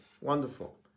wonderful